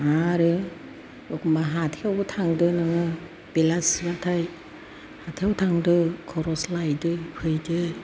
आरो एखनबा हाथाइयावबो थांदो नोङो बेलासि बाथाय हाथाइयाव थांदो खरस लायदो फैदो